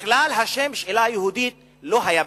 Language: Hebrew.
בכלל, השם "שאלה יהודית" לא היה במזרח,